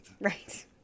Right